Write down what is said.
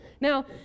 Now